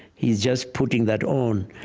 he's just putting that on.